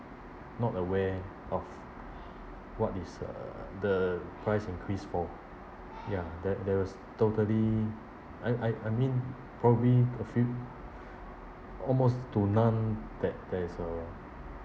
not aware of what is uh the price increase for ya that there was totally I I I mean probably a few almost to none that that is uh